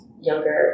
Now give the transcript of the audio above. younger